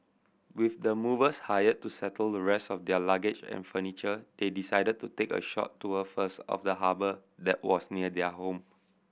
with the movers hired to settle the rest of their luggage and furniture they decided to take a short tour first of the harbour that was near their home